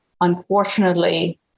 unfortunately